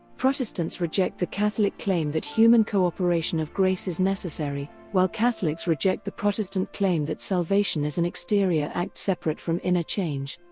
protestants reject the catholic claim that human cooperation of grace is necessary, while catholics reject the protestant claim that salvation is an exterior act separate from inner change.